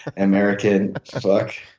and american fuck.